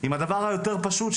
עם הדבר היותר פשוט,